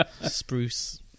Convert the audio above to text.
Spruce